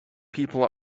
people